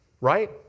Right